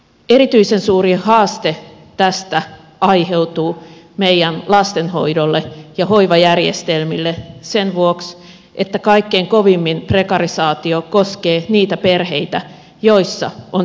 erityisen suuri haaste tästä aiheutuu meidän lastenhoidolle ja hoivajärjestelmille sen vuoksi että kaikkein kovimmin prekarisaatio koskee niitä perheitä joissa on pieniä lapsia